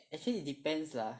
actually it depends lah